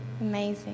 Amazing